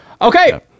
okay